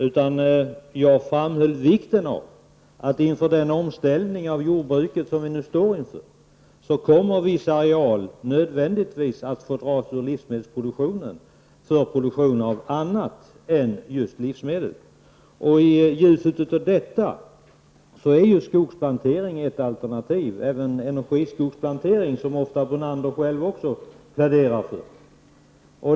I stället framhöll jag vikten av att viss areal, med tanke på den omställning av jordbruket som vi står inför, nödvändigtvis används till annat än just produktion av livsmedel. I ljuset därav är skogsplantering ett alternativ. Det gäller då även plantering av energiskog, som Lennart Brunander själv ofta pläderar för.